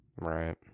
Right